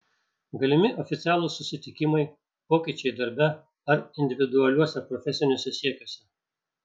galimi oficialūs susitikimai pokyčiai darbe ar individualiuose profesiniuose siekiuose